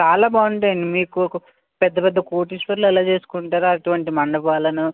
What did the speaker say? చాలా బాగుంటాయండి మీకు ఒక పెద్ద పెద్ద కోటీశ్వరులు ఎలా చేసుకుంటారో అటువంటి మండపాలును